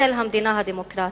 בצל המדינה הדמוקרטית.